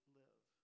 live